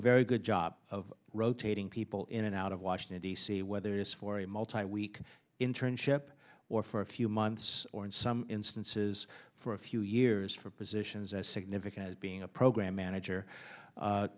very good job of rotating people in and out of washington d c whether it's for a multi week internship or for a few months or in some instances for a few years for positions as significant as being a program manager